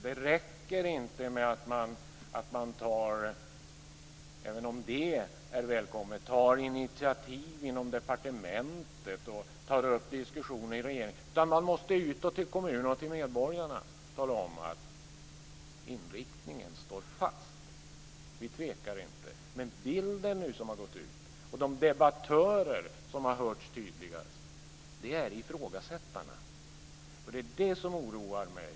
Det räcker inte med att man - även om det är välkommet - tar initiativ inom departementet och tar upp diskussioner i regeringen, utan man måste utåt, till kommunerna och till medborgarna, tala om att inriktningen står fast. Vi tvekar inte. Men den bild som nu har gått ut och de debattörer som har hörts tydligast är ifrågasättande, och det är det som oroar mig.